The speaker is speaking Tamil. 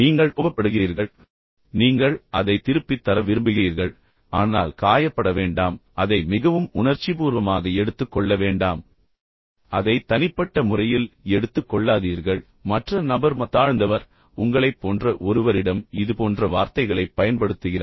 நீங்கள் கோபப்படுகிறீர்கள் நீங்கள் அதை திருப்பித் தர விரும்புகிறீர்கள் ஆனால் காயப்பட வேண்டாம் அதை மிகவும் உணர்ச்சிபூர்வமாக எடுத்துக் கொள்ள வேண்டாம் அதை தனிப்பட்ட முறையில் எடுத்துக் கொள்ளாதீர்கள் மற்ற நபர் தான் மிகவும் தாழ்ந்தவர் உங்களைப் போன்ற ஒருவரிடம் இதுபோன்ற வார்த்தைகளைப் பயன்படுத்துகிறார்